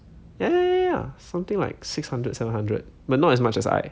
ya ya ya something like six hundred seven hundred but not as much as 爱